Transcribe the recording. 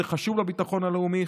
זה חשוב לביטחון הלאומי,